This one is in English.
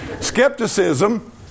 Skepticism